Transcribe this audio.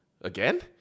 Again